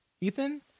Ethan